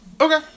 Okay